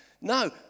no